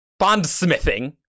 bondsmithing